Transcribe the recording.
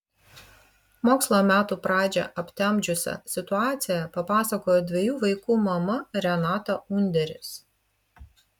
mokslo metų pradžią aptemdžiusią situaciją papasakojo dviejų vaikų mama renata underis